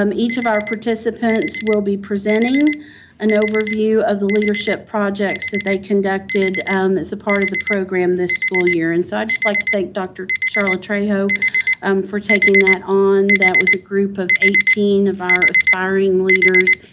um each of our participants will be presenting an overview of the leadership projects that they conducted as a part of the program this school year, and so just like to thank dr. charla trejo for taking that on. that was a group of eighteen of our aspiring leaders,